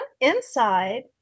inside